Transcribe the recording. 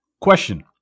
question